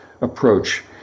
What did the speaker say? approach